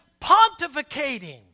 pontificating